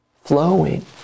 flowing